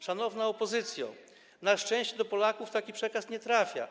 Szanowna opozycjo, na szczęście do Polaków taki przekaz nie trafia.